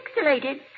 pixelated